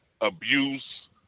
abuse